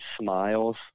smiles